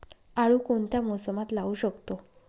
आळू कोणत्या मोसमात लावू शकतो?